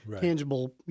tangible